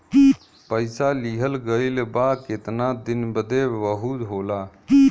पइसा लिहल गइल बा केतना दिन बदे वहू होला